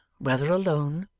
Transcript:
whether alone,